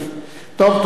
טוב, תודה רבה.